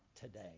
today